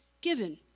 given